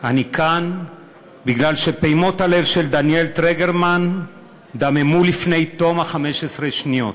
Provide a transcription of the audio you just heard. אני כאן כי פעימות הלב של דניאל טרגרמן דממו לפני תום 15 השניות.